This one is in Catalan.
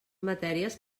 matèries